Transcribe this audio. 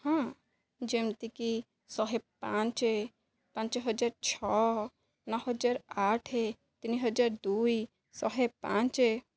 ହଁ ଯେମିତିକି ଶହେ ପାଞ୍ଚ ପାଞ୍ଚ ହଜାର ଛଅ ନଅ ହଜାର ଆଠ ତିନିହଜାର ଦୁଇ ଶହେ ପାଞ୍ଚ